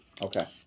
Okay